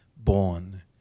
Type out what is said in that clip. born